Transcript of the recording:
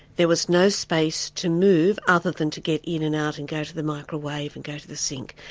there was no space to move other than to get in and out and go to the microwave and go to the sink.